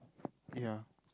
ya